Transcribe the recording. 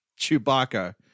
Chewbacca